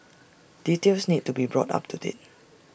details need to be brought up to date